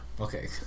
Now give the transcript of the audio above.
Okay